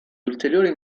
ulteriori